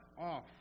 off